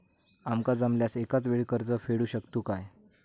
आमका जमल्यास एकाच वेळी कर्ज परत फेडू शकतू काय?